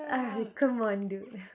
!aiya! come on dude